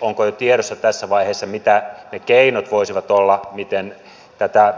onko jo tiedossa tässä vaiheessa mitä ne keinot voisivat olla miten tätä